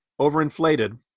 overinflated